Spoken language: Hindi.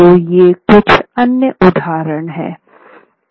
तो ये कुछ अन्य उदाहरण हैं